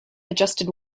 adjusted